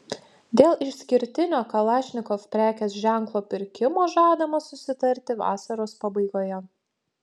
dėl išskirtinio kalašnikov prekės ženklo pirkimo žadama susitarti vasaros pabaigoje